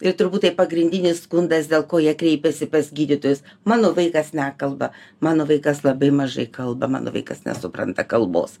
ir turbūt tai pagrindinis skundas dėl ko jie kreipėsi pas gydytojus mano vaikas nekalba mano vaikas labai mažai kalba mano vaikas nesupranta kalbos